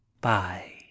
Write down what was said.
bye